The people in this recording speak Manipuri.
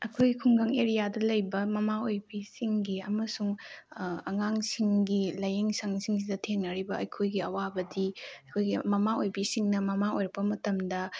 ꯑꯩꯈꯣꯏ ꯈꯨꯡꯒꯪ ꯑꯦꯔꯤꯌꯥꯗ ꯂꯩꯕ ꯃꯃꯥ ꯑꯣꯏꯕꯤꯁꯤꯡꯒꯤ ꯑꯃꯁꯨꯡ ꯑꯉꯥꯡꯁꯤꯡꯒꯤ ꯂꯥꯏꯌꯦꯡ ꯁꯪꯁꯤꯡꯁꯤꯗ ꯊꯦꯡꯅꯔꯤꯕ ꯑꯩꯈꯣꯏꯒꯤ ꯑꯋꯥꯕꯗꯤ ꯑꯩꯈꯣꯏꯒꯤ ꯃꯃꯥ ꯑꯣꯏꯕꯤꯁꯤꯡꯅ ꯃꯃꯥ ꯑꯣꯏꯔꯛꯄ ꯃꯇꯝꯗ